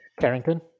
Carrington